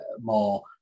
more